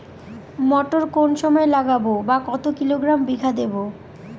মটর কোন সময় লাগাবো বা কতো কিলোগ্রাম বিঘা দেবো?